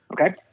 Okay